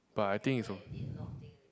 but I think it's